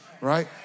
right